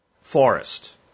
forest